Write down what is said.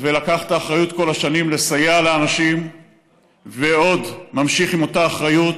ולקחת אחריות כל השנים לסייע לאנשים ועוד ממשיך עם אותה אחריות,